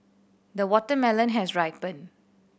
the watermelon has ripen